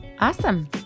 Awesome